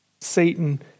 Satan